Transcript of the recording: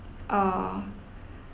uh